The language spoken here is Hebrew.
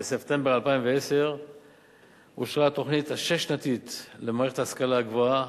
בספטמבר 2010 אושרה התוכנית השש-שנתית למערכת ההשכלה הגבוהה.